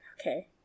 Okay